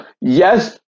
Yes